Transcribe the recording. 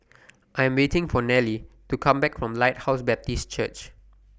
I'm waiting For Nellie to Come Back from Lighthouse Baptist Church